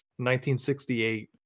1968